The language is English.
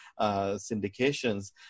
syndications